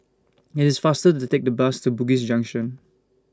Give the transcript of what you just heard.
IT IS faster to Take The Bus to Bugis Junction